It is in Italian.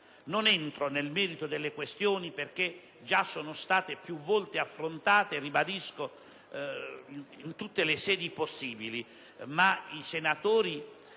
Non entro nel merito delle questioni perché già sono state più volte affrontate, lo ribadisco, in tutte le sedi possibili. I senatori